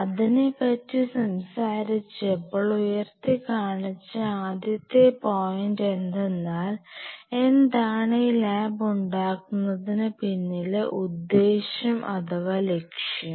അതിനെ പറ്റി സംസാരിച്ചപ്പോൾ ഉയർത്തിക്കാണിച്ച ആദ്യത്തെ പോയിൻറ് എന്തെന്നാൽ എന്താണ് ഈ ലാബ് ഉണ്ടാകുന്നതിനു പിന്നിലെ ഉദ്ദേശം അഥവാ ലക്ഷ്യം